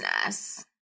business